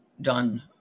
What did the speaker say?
done